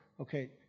Okay